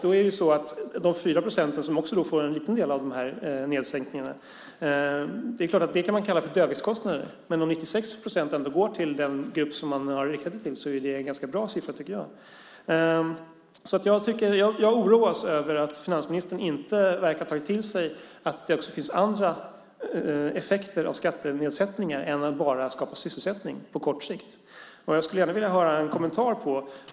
När det gäller de 4 procent som också får en liten del av de här sänkningarna är det klart att man kan kalla det för dödviktskostnader. Men om 96 procent ändå går till den grupp som man har riktat det till är det en ganska bra siffra, tycker jag. Jag oroas över att finansministern inte verkar ha tagit till sig att det också finns andra effekter av skattenedsättningar än att det skapar sysselsättning på kort sikt. Jag skulle gärna vilja höra en kommentar.